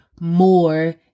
more